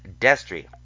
Destry